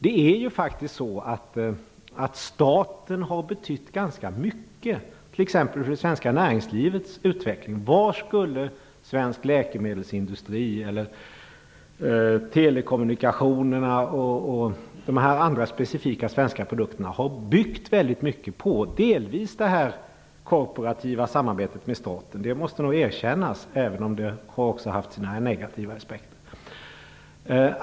Det är faktiskt så att staten har betytt ganska mycket, t.ex. för det svenska näringslivets utveckling. Den svenska läkemedelsindustrin, telekommunikationerna och andra specifika svenska produkter har byggt mycket på det korporativa samarbetet med staten. Det måste nog erkännas, även om det också finns negativa aspekter.